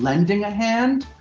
lending a hand?